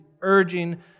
urging